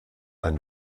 eine